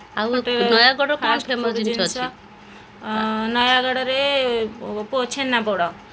ଆଉ ଫାଷ୍ଟଫୁଡ୍ ଜିନିଷ ନୟାଗଡ଼ରେ ଛେନାପୋଡ଼